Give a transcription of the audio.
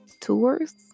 tours